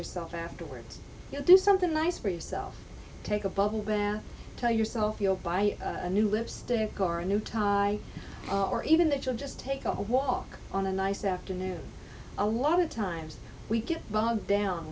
yourself afterwards go do something nice for yourself take a bubble bath tell yourself you'll buy a new lipstick or a new tie or even that you'll just take a walk on a nice afternoon a lot of times we get bogged down